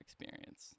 experience